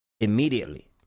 immediately